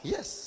Yes